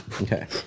Okay